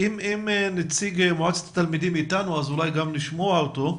אם נציג מועצת התלמידים איתנו אולי גם נשמע אותו.